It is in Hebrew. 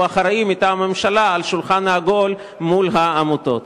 שהוא האחראי מטעם הממשלה לשולחן העגול מול העמותות.